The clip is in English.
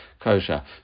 Kosher